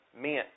meant